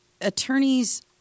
attorneys